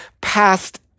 passed